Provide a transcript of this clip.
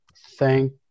Thank